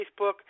Facebook